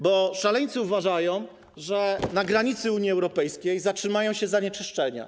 Bo szaleńcy uważają, że na granicy Unii Europejskiej zatrzymają się zanieczyszczenia.